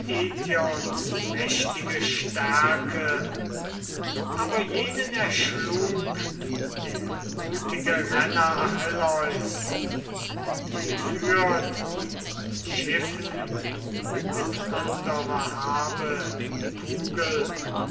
mächtige stärke aber jenen erschlug der mutige renner achilleus und entführt in schiffen mit anderer habe die kugel